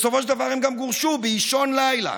בסופו של דבר הם גם גורשו באישון לילה.